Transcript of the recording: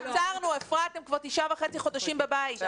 עצרנו, אפרת, הם כבר תשעה וחצי חודשים בבית.